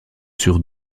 sur